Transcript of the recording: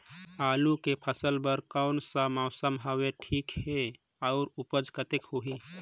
आलू के फसल बर कोन सा मौसम हवे ठीक हे अउर ऊपज कतेक होही?